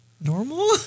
normal